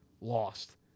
lost